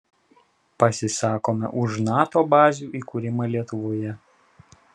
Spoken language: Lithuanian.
pasisakome už nato bazių įkūrimą lietuvoje